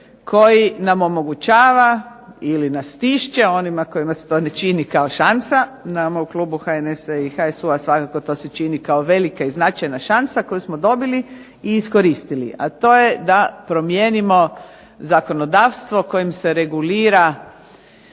koji nam omogućava ili nas stišće onima kojima se to ne čini kao šansa nama u klubu HSN-a i HSU-a svakako se to čini kao velika i značajna šansa koju smo dobili i iskoristili. A to je da promijenimo zakonodavstvo kojim se regulira